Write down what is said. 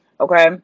Okay